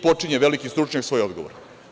Počinje veliki stručnjak svoj odgovor.